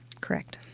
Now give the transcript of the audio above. Correct